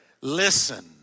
listen